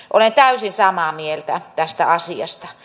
olen täysin samaa mieltä tästä asiasta